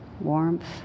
warmth